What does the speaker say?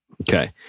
Okay